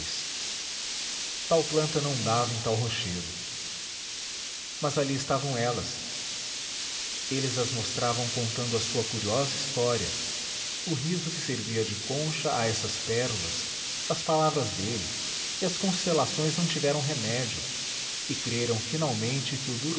tal planta não dava em tal rochedo mas ali estavam elas eles as mostravam contando a sua curiosa história o riso que servira de concha a essas pérolas as palavras dele e as constelações não tiveram remédio e creram finalmente que o